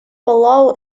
палау